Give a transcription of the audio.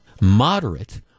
moderate